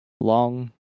long